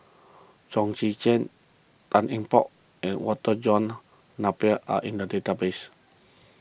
Chong Tze Chien Tan Eng Bock and Walter John Napier are in the database